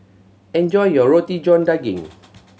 enjoy your Roti John Daging